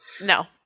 No